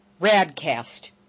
Radcast